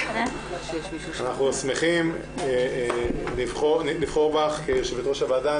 אנחנו שמחים לבחור בך כיו"ר הוועדה.